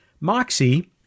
MOXIE